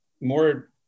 more